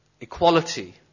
equality